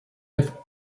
have